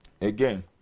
Again